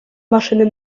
maszyny